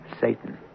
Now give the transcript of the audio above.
Satan